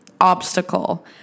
obstacle